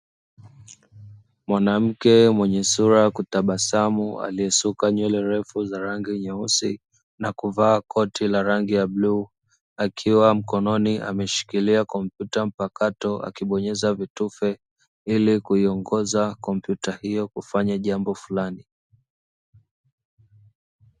Mwanamke mwenye sura ya kutabasamu aliesuka nywele ndefu za rangi nyeusi na kuvaa koti la rangi ya bluu akiwa mkononi ameshikilia kompyuta mpakato akibonyeza vitufe ilikuiongoza kompyuta hio kufanya jambo fulani.